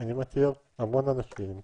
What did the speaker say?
אני מכיר המון אנשים,